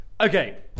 Okay